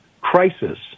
crisis